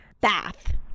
bath